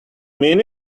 mean